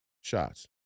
shots